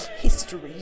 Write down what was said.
history